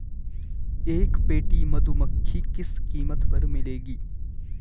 एक पेटी मधुमक्खी किस कीमत पर मिलेगी?